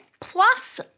Plus